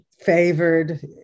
favored